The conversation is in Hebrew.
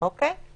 אוקיי.